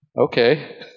Okay